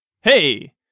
hey